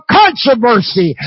controversy